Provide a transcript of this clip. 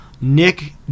Nick